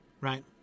right